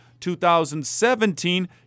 2017